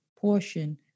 portion